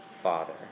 father